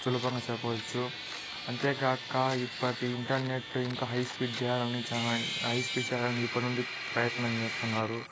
సులభంగా చెప్పవచ్చు అంతేకాక ఇప్పటి ఇంటర్నెట్ ఇంకా హై స్పీడ్ చేయాలని చాలా హై స్పీడ్ చేయాలని ఎప్పటినుండో ప్రయత్నం చేస్తున్నారు